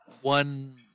one